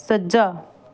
ਸੱਜਾ